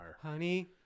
Honey